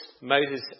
Moses